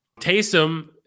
Taysom